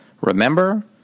Remember